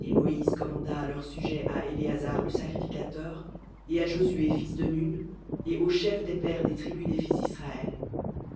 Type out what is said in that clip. et moïse commanda à leur sujet à éléazar le sacrificateur et à josué fils de nun et aux chefs des pères des tribus des fils d'israël